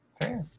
Fair